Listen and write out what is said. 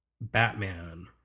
Batman